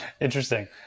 Interesting